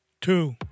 Two